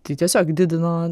tai tiesiog didino